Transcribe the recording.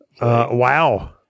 wow